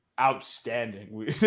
Outstanding